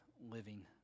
living